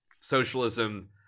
socialism